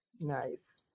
Nice